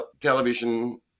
television